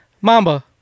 Mamba